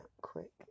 quick